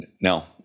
no